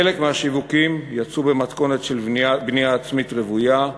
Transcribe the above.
חלק מהשיווקים יצאו במתכונת של בנייה עצמית רוויה,